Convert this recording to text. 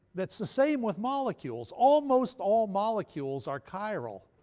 it's the same with molecules. almost all molecules are chiral.